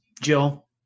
Jill